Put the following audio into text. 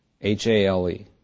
H-A-L-E